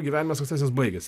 gyvenimas ankstesnis baigėsi